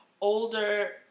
older